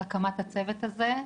על הקמת הצוות הזה.